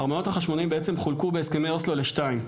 ארמונות החשמונאים חולקו בהסכמי אוסלו לשניים,